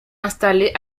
installée